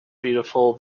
beautiful